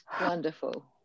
wonderful